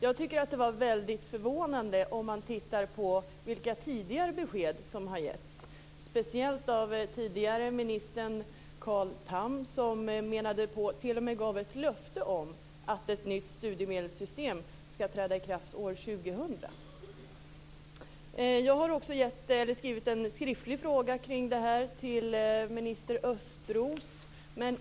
Jag tycker att det är mycket förvånande om man tittar på vilka tidigare besked som har givits, speciellt av den tidigare ministern Carl Tham som t.o.m. gav ett löfte om att ett nytt studiemedelssystem skall träda i kraft år 2000. Jag har skrivit en skriftlig fråga kring detta till utbildningsminister Thomas Östros.